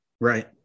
Right